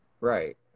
Right